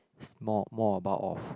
more more about of